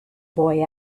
boy